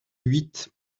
huit